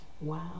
wow